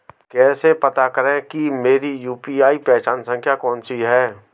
कैसे पता करें कि मेरी यू.पी.आई पहचान संख्या कौनसी है?